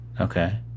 Okay